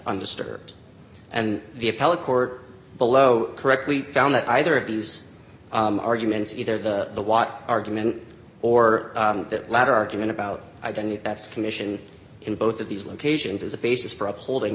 undisturbed and the appellate court below correctly found that either of these arguments either the argument or that latter argument about identity theft commission in both of these locations as a basis for upholding